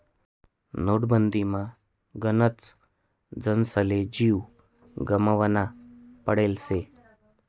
नोटबंदीमा गनच जनसले जीव गमावना पडेल शे